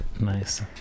Nice